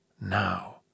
now